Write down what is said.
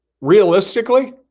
Realistically